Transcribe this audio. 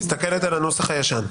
את מסתכלת על הנוסח הישן.